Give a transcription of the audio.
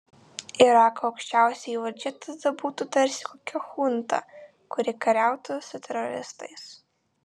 irako aukščiausioji valdžia tada būtų tarsi kokia chunta kuri kariautų su teroristais